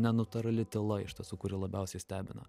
nenatūrali tyla iš tiesų kuri labiausiai stebina